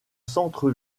centre